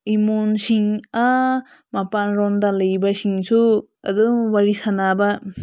ꯏꯃꯨꯡꯁꯤꯡ ꯑꯥ ꯃꯄꯥꯟꯂꯣꯝꯗ ꯂꯩꯕꯁꯤꯡꯁꯨ ꯑꯗꯨꯝ ꯋꯥꯔꯤ ꯁꯥꯟꯅꯕ